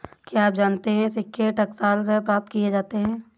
क्या आप जानते है सिक्के टकसाल से प्राप्त किए जाते हैं